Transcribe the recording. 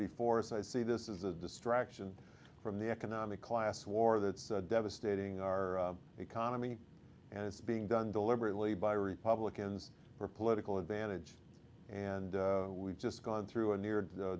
before us i see this as a distraction from the economic class war that's devastating our economy and it's being done deliberately by republicans for political advantage and we've just gone through a near